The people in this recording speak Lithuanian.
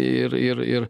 ir ir ir